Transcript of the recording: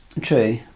True